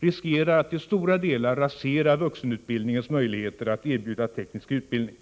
riskerar att till stora delar rasera vuxenutbildningens möjligheter att erbjuda teknisk utbildning.